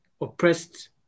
oppressed